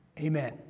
Amen